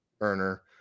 earner